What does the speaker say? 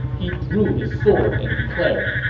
he drew his sword and declared,